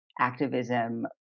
activism